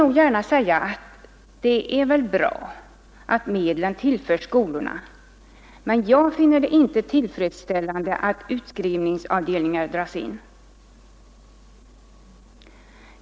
Det är väl i och för sig bra att medlen tillförs skolorna, men jag finner det inte tillfredsställande att utskrivningsavdelningar dras in.